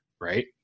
right